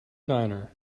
niner